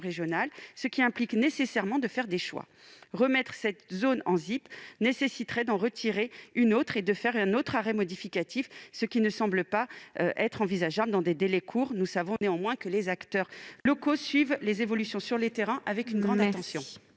ce qui implique nécessairement de faire des choix. Remettre cette zone en ZIP nécessiterait d'en retirer une autre et de faire un arrêté modificatif, ce qui ne semble pas envisageable dans des délais courts. Je sais néanmoins que les acteurs locaux suivent les évolutions sur le terrain avec une grande attention.